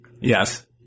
Yes